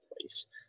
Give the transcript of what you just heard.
place